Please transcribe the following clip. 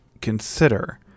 consider